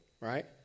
right